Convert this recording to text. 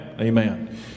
Amen